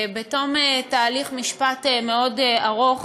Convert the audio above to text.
בתום תהליך משפט מאוד ארוך,